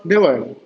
abeh what